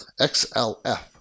XLF